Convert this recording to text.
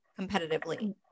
competitively